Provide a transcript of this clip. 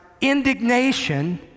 indignation